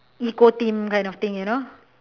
eco thing kind of thing you know